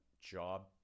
job